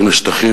מן השטחים.